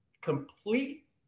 Complete